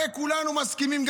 הרי כולנו מסכימים.